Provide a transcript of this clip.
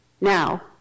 Now